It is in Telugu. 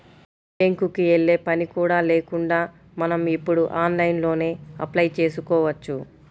బ్యేంకుకి యెల్లే పని కూడా లేకుండా మనం ఇప్పుడు ఆన్లైన్లోనే అప్లై చేసుకోవచ్చు